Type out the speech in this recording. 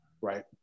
right